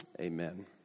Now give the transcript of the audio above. Amen